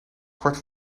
kwart